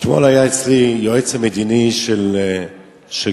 אתמול היה אצלי היועץ המדיני של שגריר